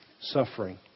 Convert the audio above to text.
suffering